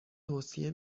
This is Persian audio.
توصیه